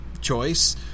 choice